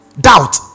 Doubt